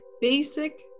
basic